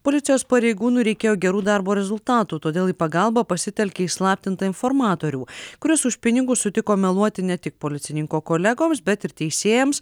policijos pareigūnui reikėjo gerų darbo rezultatų todėl į pagalbą pasitelkė įslaptintą informatorių kuris už pinigus sutiko meluoti ne tik policininko kolegoms bet ir teisėjams